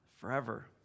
forever